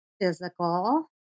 physical